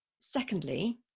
secondly